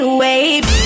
wave